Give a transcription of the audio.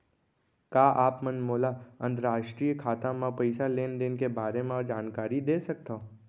का आप मन मोला अंतरराष्ट्रीय खाता म पइसा लेन देन के बारे म जानकारी दे सकथव?